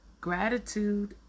Gratitude